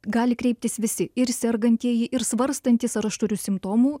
gali kreiptis visi ir sergantieji ir svarstantys ar aš turiu simptomų